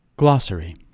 Glossary